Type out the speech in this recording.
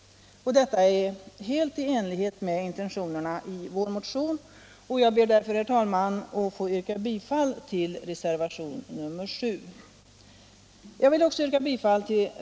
Detta är helt i enlighet med intentionerna i vår motion, och jag ber därför, herr talman, att få yrka bifall till reservationen 7.